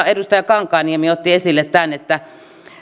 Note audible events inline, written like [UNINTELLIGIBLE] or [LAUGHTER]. [UNINTELLIGIBLE] edustaja kankaanniemi otti oikein hyvin esille tämän että